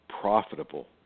profitable